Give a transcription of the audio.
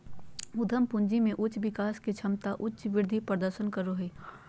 उद्यम पूंजी में उच्च विकास के क्षमता उच्च वृद्धि प्रदर्शन करो हइ